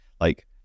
Like-